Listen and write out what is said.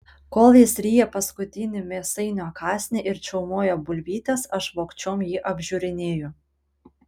kol jis ryja paskutinį mėsainio kąsnį ir čiaumoja bulvytes aš vogčiom jį apžiūrinėju